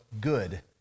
good